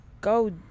go